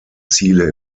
ziele